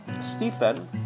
Stephen